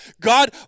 God